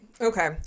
Okay